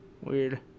Weird